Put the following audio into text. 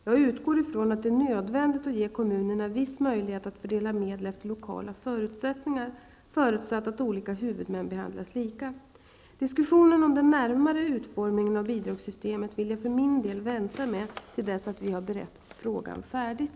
Jag utgår från att det är nödvändigt att ge kommunerna viss möjlighet att fördela medel efter lokala förutsättningar, förutsatt att olika huvudmän behandlas lika. Diskussionen om den närmare utformningen av bidragssystemet vill jag för min del vänta med till dess att vi har berett frågan färdigt.